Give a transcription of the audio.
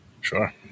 sure